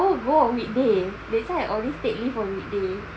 I will go on weekday that's why I always take leave on weekday